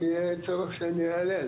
אם יהיה צורך שאני יעלה,